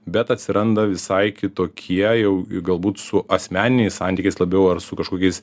bet atsiranda visai kitokie jau galbūt su asmeniniais santykiais labiau ar su kažkokiais